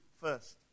first